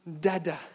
Dada